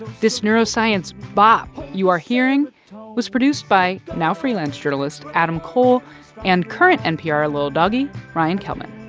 this neuroscience bop you are hearing was produced by now-freelance journalist adam cole and current npr little doggy ryan kellman.